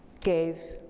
gave